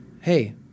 hey